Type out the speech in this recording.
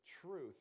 truth